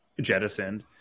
jettisoned